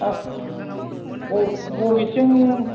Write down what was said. हाब बबेथिं